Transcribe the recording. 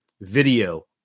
video